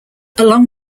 along